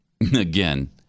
again